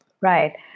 Right